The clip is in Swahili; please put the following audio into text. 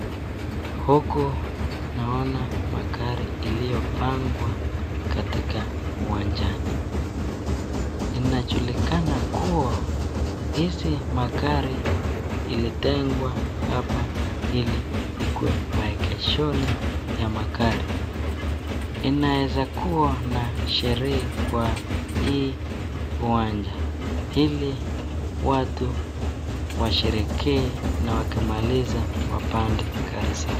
Huku naona magari iliyopangwa katika uwanjani. Linajulikana kuwa hizi magari ilitengwa hapa ili ikuwe mahegeshoni ya magari. Inawezakuwa na sherehe kwa hii uwanja ili watu washereke na wakimaliza wapande gari zao.